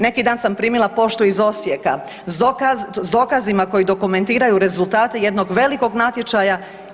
Neki dan sam primila poštu iz Osijeka s dokazima koji dokumentiraju rezultate jednog velikog natječaja.